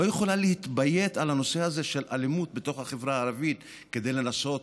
לא יכולה להתביית על הנושא הזה של אלימות בתוך החברה הערבית כדי לנסות